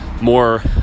more